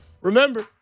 Remember